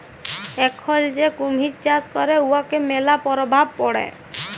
এখল যে কুমহির চাষ ক্যরে উয়ার ম্যালা পরভাব পড়ে